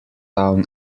town